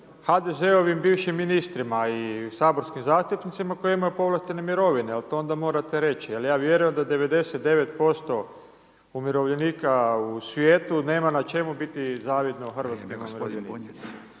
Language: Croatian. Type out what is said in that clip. HDZ-ovim bivšim ministrima i saborskim zastupnicima koje imaju povlaštene mirovine, ali to onda morate reći, ali ja vjerujem da 99% umirovljenika u svijetu nema na čemu biti zavidno hrvatskim umirovljenicima.